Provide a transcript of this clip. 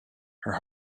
her